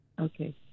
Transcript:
Okay